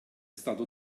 stato